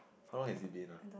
how long has it been ah